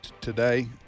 Today